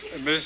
Miss